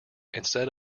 instead